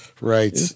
right